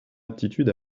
aptitude